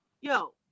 yo